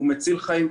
הוא מציל חיים,